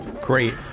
Great